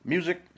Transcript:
Music